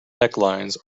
necklines